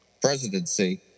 presidency